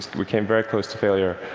we came very close to failure,